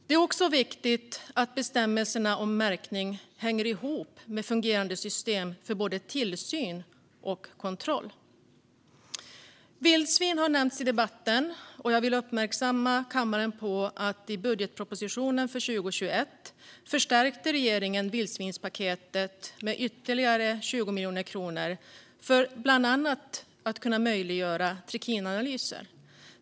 Det är också viktigt att bestämmelserna om märkning hänger ihop med fungerande system för både tillsyn och kontroll. Vildsvin har nämnts i debatten, och jag vill uppmärksamma kammaren på att regeringen i budgetpropositionen för 2021 förstärkte vildsvinspaketet med ytterligare 20 miljoner kronor bland annat för att möjliggöra trikinanalyser.